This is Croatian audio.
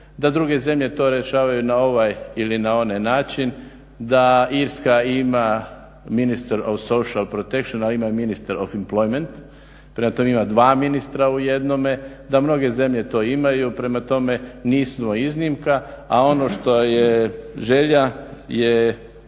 da druge zemlje to rješavaju na ovaj ili na onaj način, da Irska ima ministra of social protection a ima i ministra of employment. Prema tome, ima dva ministra u jednome. Da, mnoge zemlje to imaju. Prema tome, nismo iznimka, a ono što je želja je